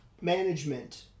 management